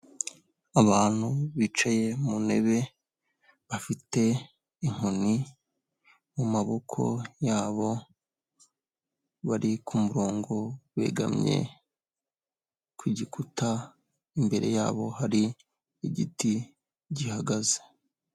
Abantu bicaye ku ntebe, bafite inkoni mu maboko yabo, bari ku murongo begamye ku gikuta, imbere yabo hari igiti gihagaze.